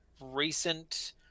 recent